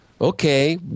okay